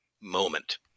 moment